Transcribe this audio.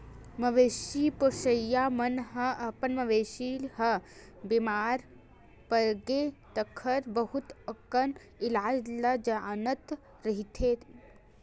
मवेशी पोसइया मन ह अपन मवेशी ह बेमार परगे तेखर बहुत अकन इलाज ल जानत रहिथे